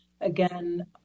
again